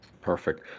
Perfect